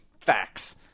facts